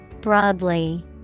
Broadly